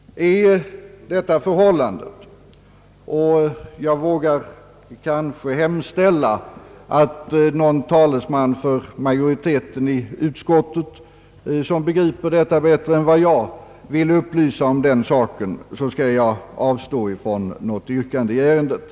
är detta förhållandet — jag vågar kanske hemställa att någon talesman för majoriteten i utskottet som begriper detta bättre än jag gör vill upplysa om den saken — så skall jag avstå från något yrkande i ärendet.